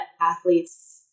athletes –